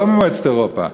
לא ממועצת אירופה,